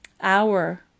hour-